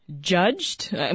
judged